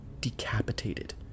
decapitated